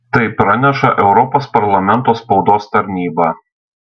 tai praneša europos parlamento spaudos tarnyba